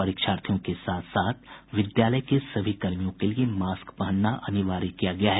परीक्षार्थियों के साथ साथ विद्यालय के सभी कर्मियों के लिये मास्क अनिवार्य किया गया है